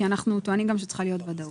כי אנחנו טוענים גם שצריכה להיות ודאות.